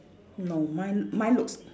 no mine mine looks